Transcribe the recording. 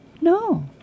No